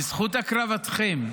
בזכות הקרבתכם,